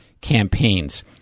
campaigns